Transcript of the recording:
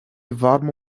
varmo